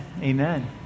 Amen